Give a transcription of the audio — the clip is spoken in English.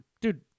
dude